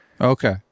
Okay